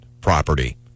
property